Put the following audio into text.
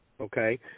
okay